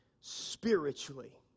spiritually